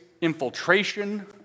infiltration